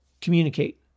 Communicate